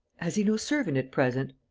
has he no servant at present?